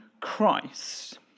Christ